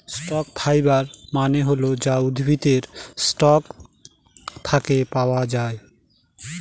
stock fibre মানে হল যা উদ্ভিদের স্টক থাকে পাওয়া যায়